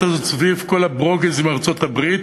הזאת סביב כל הברוגז עם ארצות-הברית,